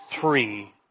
three